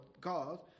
God